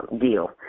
deal